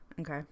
Okay